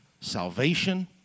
salvation